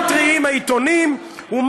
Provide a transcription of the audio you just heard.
אתם,